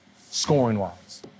scoring-wise